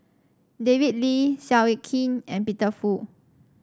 David Lee Seow Yit Kin and Peter Fu